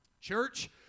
Church